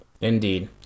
indeed